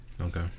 okay